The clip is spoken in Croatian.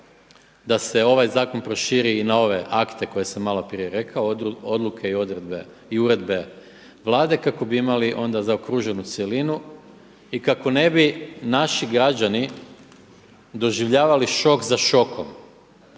da se ovaj zakon proširi i na ove akte koje sam malo prije rekao, odluke i uredbe Vlade kako bi imali onda zaokruženu cjelinu i kako ne bi naši građani doživljavali šok za šokom